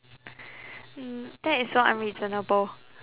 mm that is so unreasonable